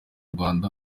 rwanda